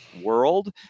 world